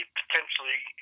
potentially